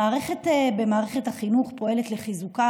המערכת במערכת החינוך פועלת לחיזוקה